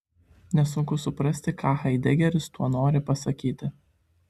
nesunku suprasti ką haidegeris tuo nori pasakyti